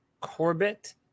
Corbett